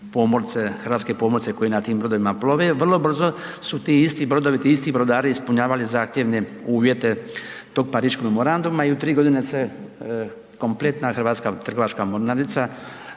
hrvatske pomorce koji na tim brodovima plove, vrlo brzo su ti isti brodovi, ti isti brodari ispunjavali zahtjevne uvjete tog Pariškog memoranduma i u 3 godine se kompletna hrvatska trgovačka mornarica